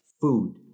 food